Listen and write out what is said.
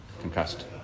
concussed